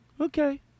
Okay